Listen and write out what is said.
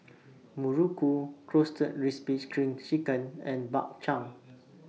Muruku Roasted Crispy SPRING Chicken and Bak Chang